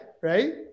right